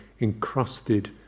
encrusted